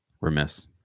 Remiss